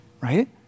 right